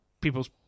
people's